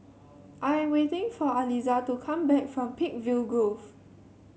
I am waiting for Aliza to come back from Peakville Grove